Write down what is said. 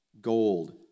gold